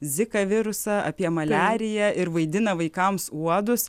zika virusą apie maliariją ir vaidina vaikams uodus